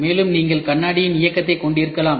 மேலும் நீங்கள் கண்ணாடியின் இயக்கத்தைக் கொண்டிருக்கலாம்